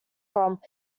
from